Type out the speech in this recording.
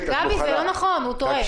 גבי, זה לא נכון, הוא טועה.